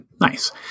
Nice